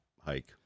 hike